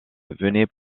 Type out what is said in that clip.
venait